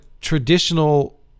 traditional